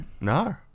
No